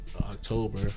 October